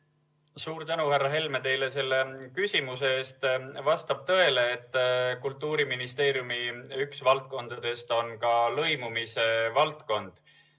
tänu, härra Helme, teile selle küsimuse eest! Vastab tõele, et Kultuuriministeeriumi üks valdkondadest on ka lõimumise valdkond.